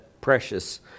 precious